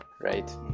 right